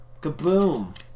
kaboom